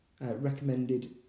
recommended